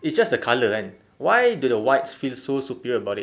it's just a colour kan why the whites feel so superior about it